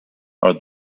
are